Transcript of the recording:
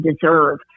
deserve